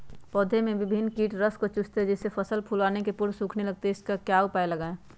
पौधे के विभिन्न अंगों से कीट रस चूसते हैं जिससे फसल फूल आने के पूर्व सूखने लगती है इसका क्या उपाय लगाएं?